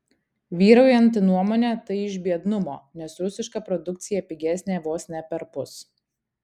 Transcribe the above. vyraujanti nuomonė tai iš biednumo nes rusiška produkcija pigesnė vos ne perpus